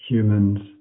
Humans